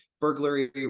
burglary